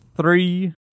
three